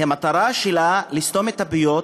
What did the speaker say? המטרה שלה היא לסתום את הפיות,